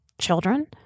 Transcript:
children